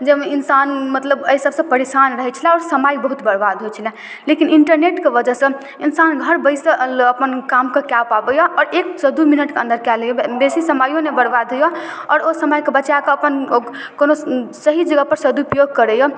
जाइमे इंसान मतलब अइ सभसँ परेशान रहय छलै आओर समय बहुत बर्वाद होइ छलै लेकिन इन्टरनेटके वजहसँ इंसान घर बैसल अपन कामके कए पबय यऽ आओर एकसँ दू मिनटके अन्दर कए लै यऽ बेसी समैयो नहि बर्बाद होइए आओर ओ समयके बचा कऽ अपन ओ कोनो सही जगहपर सदुपयोग करय यऽ